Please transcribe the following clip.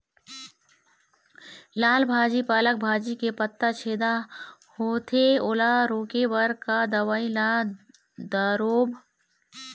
लाल भाजी पालक भाजी के पत्ता छेदा होवथे ओला रोके बर का दवई ला दारोब?